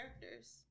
characters